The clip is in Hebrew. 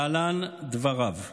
להלן דבריו: